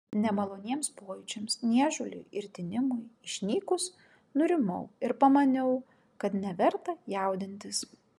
nemaloniems pojūčiams niežuliui ir tinimui išnykus nurimau ir pamaniau kad neverta jaudintis